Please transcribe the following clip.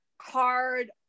hard